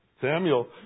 Samuel